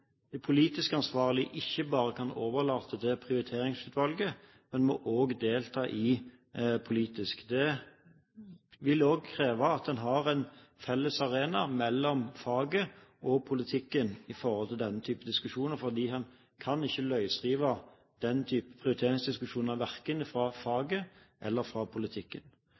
politisk ansvarlige ikke bare kan overlate til Prioriteringsutvalget. Det vil også kreve at en har en felles arena mellom faget og politikken i denne typen diskusjoner, for en kan ikke løsrive slike prioriteringsdiskusjoner verken fra faget eller fra politikken.